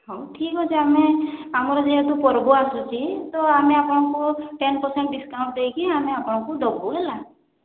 ହଁ ଠିକ୍ ଅଛି ଆମେ ଆମର ଯେହେତୁ ପର୍ବ ଆସୁଛି ତ ଆମେ ଆପଣଙ୍କୁ ଟେନ୍ ପରସେଣ୍ଟ ଡିସକାଉଣ୍ଟ ଦେଇକି ଆମେ ଆପଣଙ୍କୁ ଦେବୁ ହେଲା